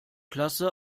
klasse